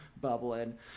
bubbling